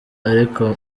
ariko